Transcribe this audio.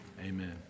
Amen